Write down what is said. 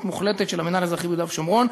מוחלטת של המינהל האזרחי ביהודה ושומרון,